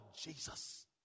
Jesus